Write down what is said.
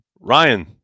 Ryan